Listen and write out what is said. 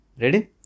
Ready